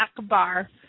akbar